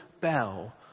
bell